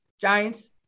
Giants